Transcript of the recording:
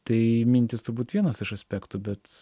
tai mintys turbūt vienas iš aspektų bet